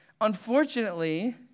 unfortunately